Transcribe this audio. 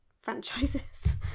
franchises